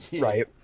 right